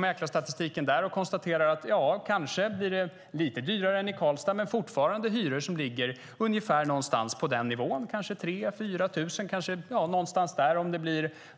Mäklarstatistiken visar att det kanske blir lite dyrare där än i Karlstad, men det är fortfarande hyror som ligger ungefär på nivån 3 000-4 000. Om någon